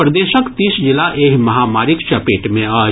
प्रदेशक तीस जिला एहि महामारीक चपेट मे अछि